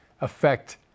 affect